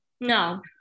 No